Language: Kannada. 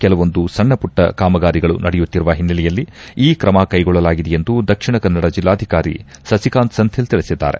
ಕೆಲವೊಂದು ಸಣ್ಣಪುಟ್ಟ ಕಾಮಗಾರಿಗಳು ನಡೆಯುತ್ತಿರುವ ಹಿನ್ನೆಲೆಯಲ್ಲಿ ಈ ತ್ರಮಕೈಗೊಳ್ಳಲಾಗಿದೆ ಎಂದು ದಕ್ಷಿಣ ಕನ್ನಡ ಜಿಲ್ಲಾಧಿಕಾರಿ ಸಸಿಕಾಂತ್ ಸೆಂಥಿಲ್ ತಿಳಿಸಿದ್ದಾರೆ